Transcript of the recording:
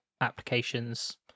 applications